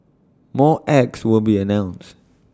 more acts will be announced